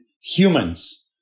humans